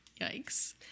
Yikes